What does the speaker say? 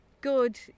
good